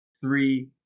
three